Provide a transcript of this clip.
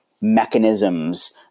mechanisms